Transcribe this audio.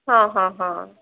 हा हा हा